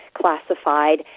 classified